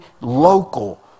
local